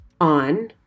on